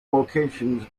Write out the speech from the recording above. locations